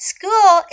School